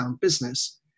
business